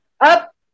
up